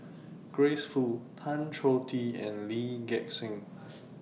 Grace Fu Tan Choh Tee and Lee Gek Seng